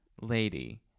lady